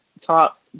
top